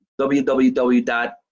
www